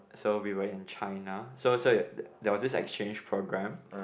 so we were in China so so it there was this exchange program